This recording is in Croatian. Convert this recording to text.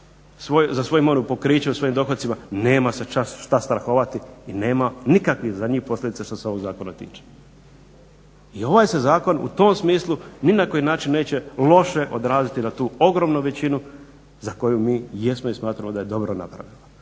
za svoju imovinu pokriće u svojim dohocima nema što strahovati i nema nikakvih za njih posljedica što se ovog zakona tiče. Jer ovaj se zakon u tom smislu ni na koji način neće loše odraziti na tu ogromnu većinu za koju mi jesmo i smatramo da je dobro napravila.